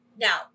Now